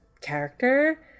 character